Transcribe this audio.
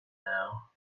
now